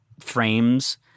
frames